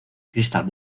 crystal